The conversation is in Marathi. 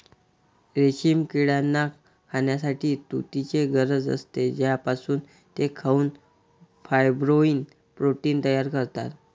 रेशीम किड्यांना खाण्यासाठी तुतीची गरज असते, ज्यापासून ते खाऊन फायब्रोइन प्रोटीन तयार करतात